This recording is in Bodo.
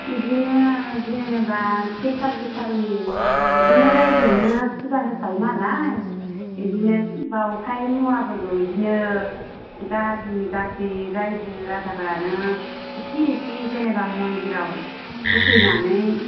बिदिनो जेनेबा से काथिखालि बिदिनो रायजोयैनो फुजा होखायोनालाय बिदिनो बावथाय मुवाफोरखौ बिदिनो गामिनि गासै रायजो राजाफोरानो इसे इसे जेनेबा मन्दिराव होफैनानै